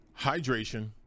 hydration